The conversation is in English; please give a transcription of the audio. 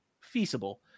feasible